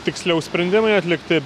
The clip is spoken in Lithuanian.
tiksliau sprendimai atlikti